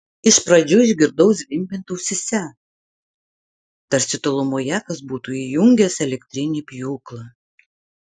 iš pradžių išgirdau zvimbiant ausyse tarsi tolumoje kas būtų įjungęs elektrinį pjūklą